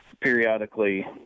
periodically